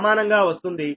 సమానంగా వస్తుంది